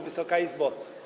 Wysoka Izbo!